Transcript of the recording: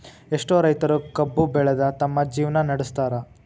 ಎಷ್ಟೋ ರೈತರು ಕಬ್ಬು ಬೆಳದ ತಮ್ಮ ಜೇವ್ನಾ ನಡ್ಸತಾರ